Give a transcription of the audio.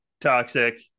toxic